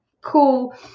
cool